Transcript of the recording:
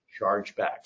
chargebacks